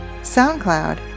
SoundCloud